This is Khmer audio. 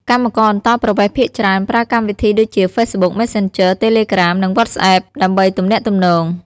កម្មករអន្តោប្រវេសន៍ភាគច្រើនប្រើកម្មវិធីដូចជា Facebook Messenger Telegram និង WhatsApp ដើម្បីទំនាក់ទំនង។